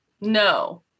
no